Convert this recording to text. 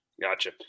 Gotcha